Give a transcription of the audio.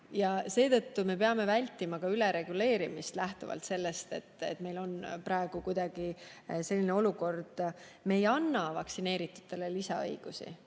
Seetõttu peame vältima ka ülereguleerimist, lähtuvalt sellest, et meil on praegu kuidagi selline olukord. Me ei anna vaktsineeritutele lisaõigusi.